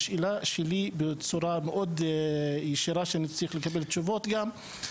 והשאלה שלי בצורה מאוד ישירה שאני צריך לקבל תשובות גם,